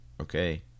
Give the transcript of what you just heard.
okay